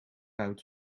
out